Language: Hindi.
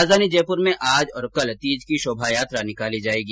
राजधानी जयपुर में आज और कल तीज की शोभायात्रा निकाली जायेगी